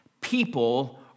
people